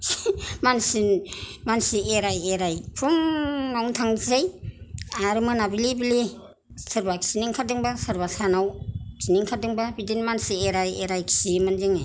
मानसि मानसि एराय एराय फुंआवनो थांसै आरो मोनाबिलि बिलि सोरबा खिनो ओंखारदोंबा सोरबा सानाव खिनो ओंखारदोंबा बिदिनो मानसि एराय एराय खियोमोन जोङो